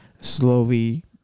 slowly